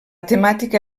temàtica